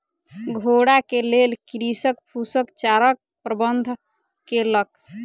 घोड़ा के लेल कृषक फूसक चाराक प्रबंध केलक